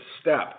step